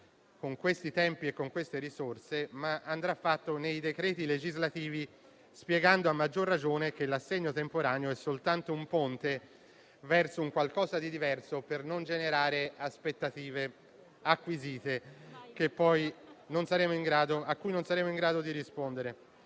con questi tempi e con queste risorse, ma andrà fatto con i decreti legislativi, spiegando a maggior ragione che l'assegno temporaneo è soltanto un ponte verso qualcosa di diverso per non generare aspettative acquisite a cui non saremo in grado di rispondere.